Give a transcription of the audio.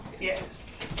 Yes